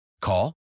Call